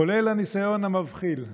כולל הניסיון המבחיל,